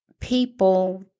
people